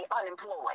unemployed